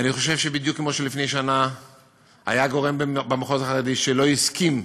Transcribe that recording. אני חושב שבדיוק כמו שלפני שנה היה גורם במחוז החרדי שלא הסכים,